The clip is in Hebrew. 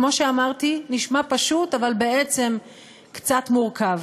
כמו שאמרתי, נשמע פשוט, אבל בעצם קצת מורכב.